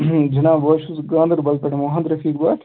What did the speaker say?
جِناب بہٕ حظ چھُس گاندَربَل پٮ۪ٹھ محمد رفیٖق بَٹھ